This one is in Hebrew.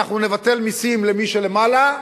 ואנחנו נבטל מסים למי שלמעלה.